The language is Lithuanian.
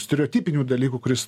stereotipinių dalykų kuris